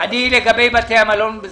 לגבי בתי המלון.